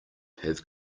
have